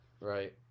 Right